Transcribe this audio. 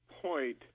point